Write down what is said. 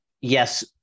yes